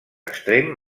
extrem